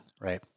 right